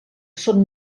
són